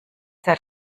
der